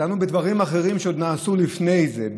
דנו בדברים אחרים שנעשו לפני זה,